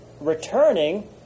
returning